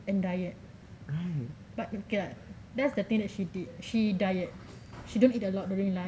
and diet but you get that's the thing that she did she diet she don't eat a lot during like